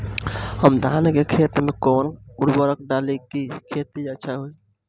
हम धान के खेत में कवन उर्वरक डाली कि खेती अच्छा होई?